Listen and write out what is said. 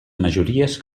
majories